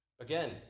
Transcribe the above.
again